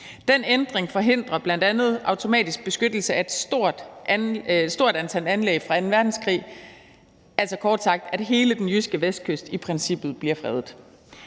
Den ændring forhindrer bl.a. automatisk beskyttelse af et stort antal anlæg fra anden verdenskrig, altså kort sagt at hele den jyske vestkyst i princippet bliver fredet.